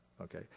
okay